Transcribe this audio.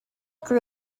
grew